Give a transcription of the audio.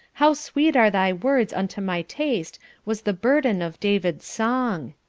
how sweet are thy words unto my taste was the burden of david's song.